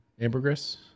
Ambergris